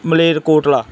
Maler Kotla